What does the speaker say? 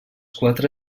quatre